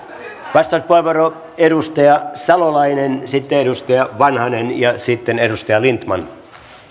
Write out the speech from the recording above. vastauspuheenvuoro edustaja salolainen sitten edustaja vanhanen ja sitten edustaja lindtman